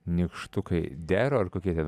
nykštukai dero ar kokie ten